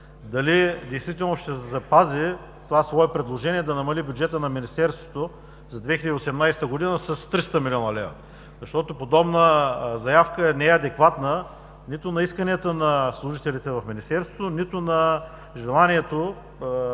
дали действително ще запази своето предложение да намали бюджета на Министерството за 2018 г. с 300 млн. лв. Подобна заявка не е адекватна нито на исканията на служителите в Министерството, нито на желанието,